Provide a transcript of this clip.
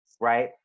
right